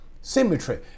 symmetry